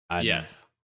Yes